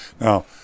Now